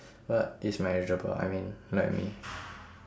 but it's manageable I mean like me